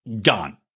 gone